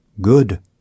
Good